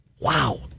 Wow